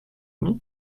ami